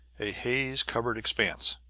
a haze-covered expanse.